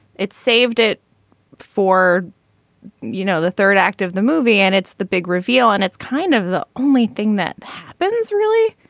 it saved it for you know the third act of the movie and it's the big reveal and it's kind of the only thing that happens really.